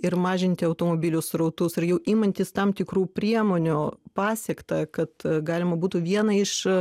ir mažinti automobilių srautus ir jau imantis tam tikrų priemonių pasiekta kad galima būtų viena iš